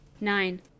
nine